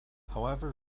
however